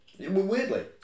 Weirdly